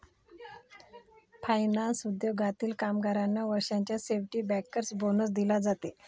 finance उद्योगातील कामगारांना वर्षाच्या शेवटी बँकर्स बोनस दिला जाते